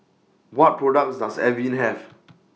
What products Does Avene Have